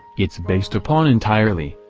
it's based upon entirely,